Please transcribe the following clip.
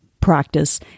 practice